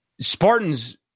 Spartans